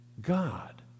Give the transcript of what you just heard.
God